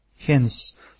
Hence